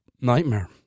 nightmare